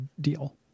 deal